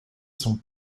son